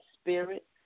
spirit